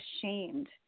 ashamed